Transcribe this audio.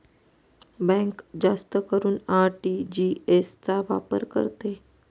bank जास्त करून RTGS चा वापर करते